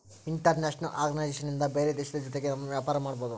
international organization ಇಂದ ಬೇರೆ ದೇಶದ ಜೊತೆಗೆ ನಮ್ ವ್ಯಾಪಾರ ಮಾಡ್ಬೋದು